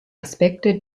aspekte